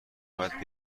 باید